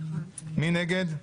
מי נגד?